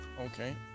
okay